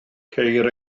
ceir